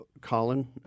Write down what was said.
Colin –